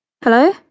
Hello